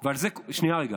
שנייה, רגע.